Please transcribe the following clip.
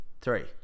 Three